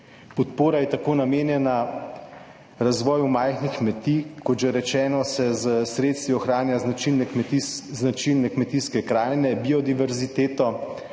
Podpora je tako namenjena razvoju majhnih kmetij. Kot že rečeno, se s sredstvi ohranja značilne kmetijske krajine, biodiverziteto,